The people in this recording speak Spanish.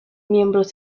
miembros